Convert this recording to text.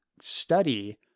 study